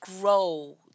grow